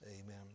Amen